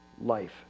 life